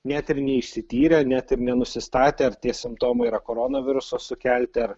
net ir neišsityrę net ir nenusistatę ar tie simptomai yra koronaviruso sukelti ar